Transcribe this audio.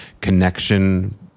connection